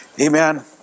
Amen